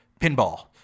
pinball